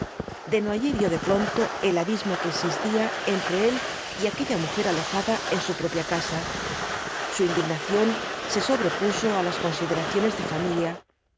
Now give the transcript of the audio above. á llorar desnoyers vio de pronto el abismo que existía entre él y aquella majer alojada en su propia casa su indignación se sobrepuso á las consideraciones de familia